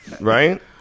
Right